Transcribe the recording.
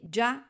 Già